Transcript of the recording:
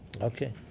Okay